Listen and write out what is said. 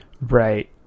Right